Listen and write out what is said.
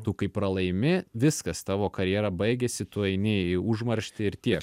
tu kai pralaimi viskas tavo karjera baigėsi tu eini į užmarštį ir tiek